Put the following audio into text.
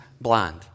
blind